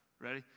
Ready